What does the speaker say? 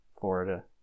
Florida